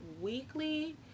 weekly